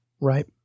Right